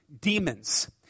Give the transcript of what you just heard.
Demons